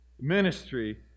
ministry